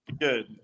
good